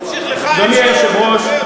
אדוני היושב-ראש,